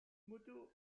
motto